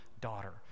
daughter